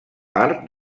part